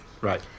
Right